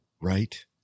right